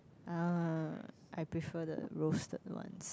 uh I prefer the roasted ones